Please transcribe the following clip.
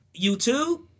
YouTube